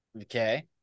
okay